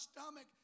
stomach